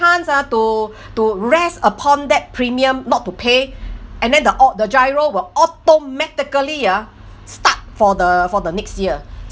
uh to to rest upon that premium not to pay and then the au~ the GIRO will automatically ah start for the for the next year